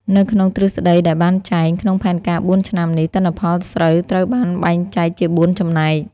នៅក្នុងទ្រឹស្តីដែលបានចែង ក្នុងផែនការបួនឆ្នាំនេះ ទិន្នផលស្រូវត្រូវបានបែងចែកជាបួនចំណែក ។